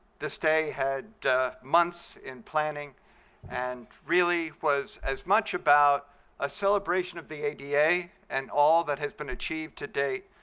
this day had months in planning and really was as much about a celebration of the ada and all that has been achieved to date,